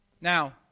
Now